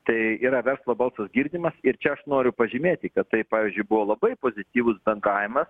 tai yra verslo balsas girdimas ir čia aš noriu pažymėti kad tai pavyzdžiui buvo labai pozityvus bendravimas